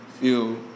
Feel